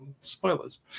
spoilers